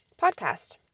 podcast